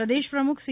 પ્રદેશ પ્રમુખ સી